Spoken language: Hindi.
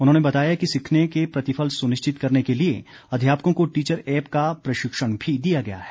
उन्होंने बताया कि सीखने के प्रतिफल सुनिश्चित करने के लिए अध्यापकों को टीचर एप्प का प्रशिक्षण भी दिया गया है